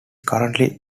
currently